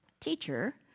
Teacher